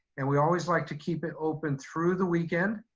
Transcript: and we always like to keep it open through the weekend.